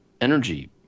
energy